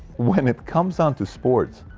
when it comes on to sports?